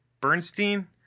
Bernstein